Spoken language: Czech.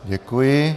Děkuji.